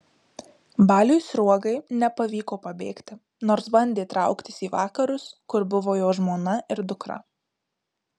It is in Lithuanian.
baliui sruogai nepavyko pabėgti nors bandė trauktis į vakarus kur buvo jo žmona ir dukra